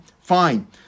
Fine